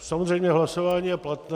Samozřejmě, hlasování je platné.